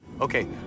Okay